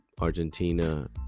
Argentina